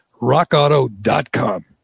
rockauto.com